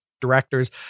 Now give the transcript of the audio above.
directors